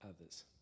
others